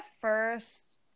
first